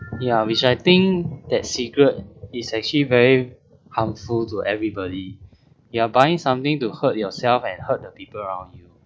ya which I think that cigarette is actually very harmful to everybody you are buying something to hurt yourself and hurt the people around you